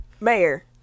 Mayor